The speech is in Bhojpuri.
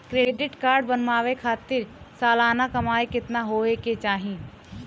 क्रेडिट कार्ड बनवावे खातिर सालाना कमाई कितना होए के चाही?